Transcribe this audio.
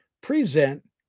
present